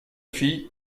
fille